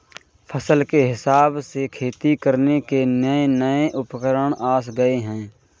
फसल के हिसाब से खेती करने के नये नये उपकरण आ गये है